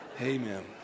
Amen